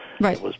Right